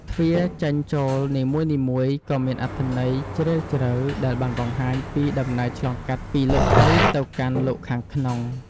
ទ្វារចេញចូលនីមួយៗក៏មានអត្ថន័យជ្រាលជ្រៅដែលបានបង្ហាញពីដំណើរឆ្លងកាត់ពីលោកីយ៍ទៅកាន់លោកខាងក្នុង។